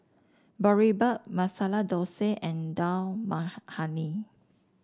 Boribap Masala Dosa and Dal Makhani